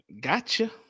Gotcha